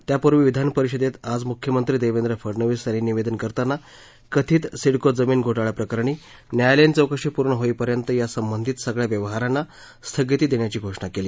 त्यापूर्वी विधानपरिषदेत आज मुख्यमंत्री देवेंद्र फडनवीस यांनी निवेदन करताना कथित सिडको जमीन घोटाळ्याप्रकरणी न्यायालयीन चौकशी पूर्ण होईपर्यंत या संबंधित सगळ्या व्यवहारांना स्थगिती देण्याची घोषणा केली